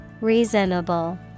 Reasonable